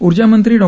ऊर्जामंत्री डॉ